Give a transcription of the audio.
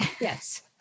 Yes